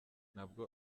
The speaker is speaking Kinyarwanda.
ntabwo